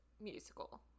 musical